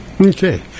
Okay